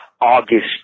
August